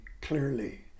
clearly